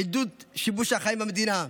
עידוד שיבוש החיים במדינה,